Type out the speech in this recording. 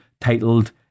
titled